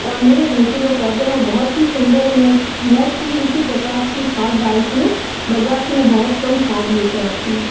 और मेरे घर के जो पौधे हैं वह बहुत ही सुंदर है मैं मोस्टली इसी प्रकार की खाद डालती हूँ बाज़ार से मैं बहुत कम खाद लेकर आती हूँ